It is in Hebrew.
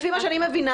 לפי מה שאני מבינה,